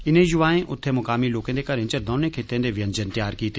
इनें युवाएं उत्थे मुकामी लोकें दे घरें च दौनें खित्तें दे व्यंजन तैयार कीते